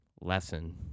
lesson